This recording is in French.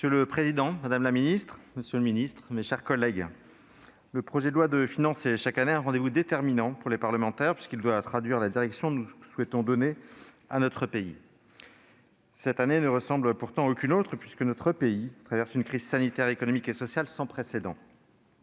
Monsieur le président, monsieur le ministre, madame la secrétaire d'État, mes chers collègues, le projet de loi de finances est chaque année un rendez-vous déterminant pour les parlementaires, puisqu'il doit traduire la direction que nous souhaitons donner à notre pays. Cette année, pourtant, ne ressemble à aucune autre, puisque notre pays traverse une crise sanitaire, économique et sociale sans précédent.